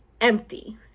empty